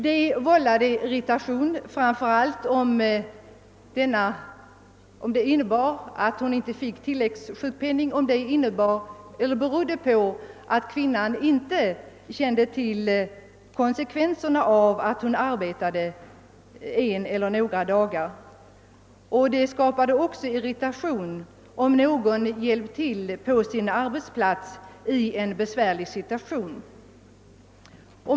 Detta vållade irritation, framför allt i de fall kvinnan saknat kännedom om konsekvenserna av att ledigheten avbröts med tillfälligt förvärvsarbete. Det skapades också irritation, om arbetet kanske bestod i att man hjälpt till på sin arbetsplats i en besvärlig situation.